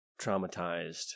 traumatized